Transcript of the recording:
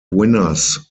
winners